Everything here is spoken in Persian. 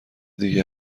دیگه